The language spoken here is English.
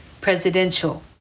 presidential